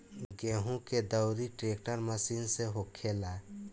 गेहूं के दउरी ट्रेक्टर मशीन से होखेला